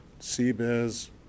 CBiz